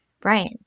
Brian